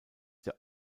der